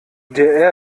der